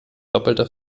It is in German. doppelter